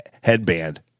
headband